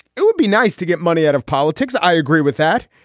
it would be nice to get money out of politics. i agree with that.